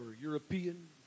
European